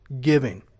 giving